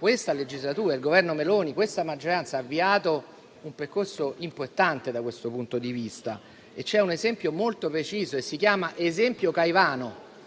questa legislatura, il Governo Meloni e questa maggioranza hanno avviato un percorso importante da questo punto di vista. C'è un esempio molto preciso che si chiama esempio Caivano.